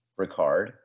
Ricard